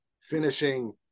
finishing